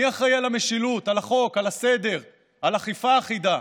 מי אחראי למשילות, לחוק, לסדר, לאכיפה אחידה?